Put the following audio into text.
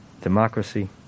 democracy